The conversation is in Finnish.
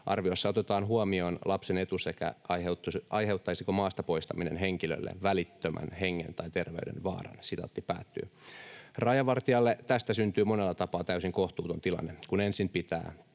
Arviossa otetaan huomioon lapsen etu sekä se, aiheuttaisiko maasta poistaminen henkilölle välittömän hengen tai terveyden vaaran.” Rajavartijalle tästä syntyy monella tapaa täysin kohtuuton tilanne, kun ensin pitää